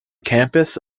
campus